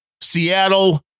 Seattle